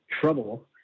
trouble